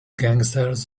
gangsters